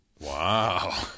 Wow